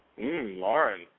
Lauren